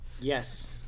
Yes